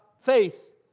faith